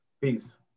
Peace